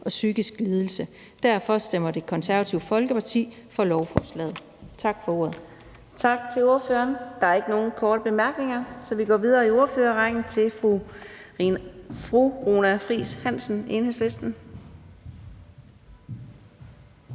og psykisk lidelse. Derfor stemmer Det Konservative Folkeparti for lovforslaget. Tak for ordet. Kl. 18:03 Fjerde næstformand (Karina Adsbøl): Tak til ordføreren. Der er ikke nogen korte bemærkninger, så vi går videre i ordførerrækken til fru Runa Friis Hansen, Enhedslisten.